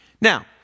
Now